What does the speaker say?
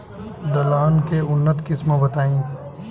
दलहन के उन्नत किस्म बताई?